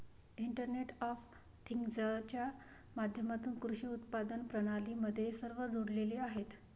internet of थिंग्जच्या माध्यमातून कृषी उत्पादन प्रणाली मध्ये सर्व जोडलेले आहेत